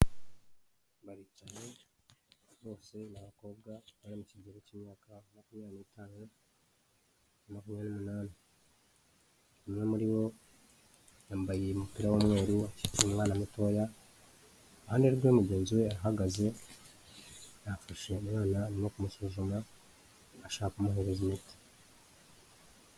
Baricaye, bose ni abakobwa bari mu kigero k'imyaka makumyabiri n'itanu na makumyabiri n'umunani, umwe muri bo yambaye umupira w'umweru akikiye umwana mutoya, iruhande rwe mugenzi we arahagaze, yafashe umwana arimo kumusuzuma ashaka kumuhereza imiti.